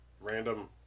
random